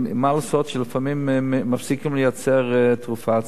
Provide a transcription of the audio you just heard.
מה לעשות שלפעמים מפסיקים לייצר תרופה?